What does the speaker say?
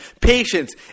Patience